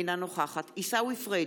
אינה נוכחת עיסאווי פריג'